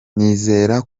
nizera